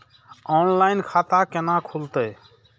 Online खाता केना खुलते?